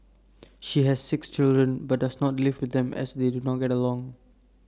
she has six children but does not live with them as they do not get along